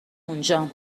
اونجام